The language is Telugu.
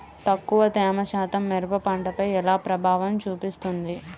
తక్కువ తేమ శాతం మిరప పంటపై ఎలా ప్రభావం చూపిస్తుంది?